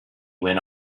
went